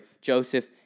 Joseph